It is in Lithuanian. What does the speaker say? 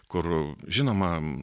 kur žinoma